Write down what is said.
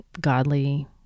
godly